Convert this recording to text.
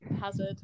hazard